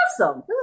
awesome